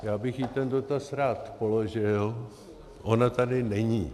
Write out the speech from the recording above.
Já bych jí ten dotaz rád položil, ona tady není.